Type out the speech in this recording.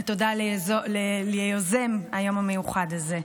ותודה ליוזם היום המיוחד הזה.